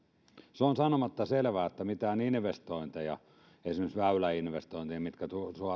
se on sanomatta selvää että mitään investointeja esimerkiksi väyläinvestointeja mitkä tuovat